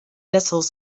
little